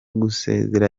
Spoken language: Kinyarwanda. gusezera